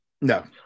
no